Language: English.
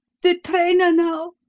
the trainer now!